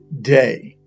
day